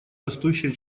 растущее